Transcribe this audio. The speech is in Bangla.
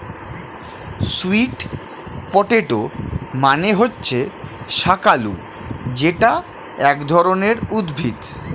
সুইট পটেটো মানে হচ্ছে শাকালু যেটা এক ধরনের উদ্ভিদ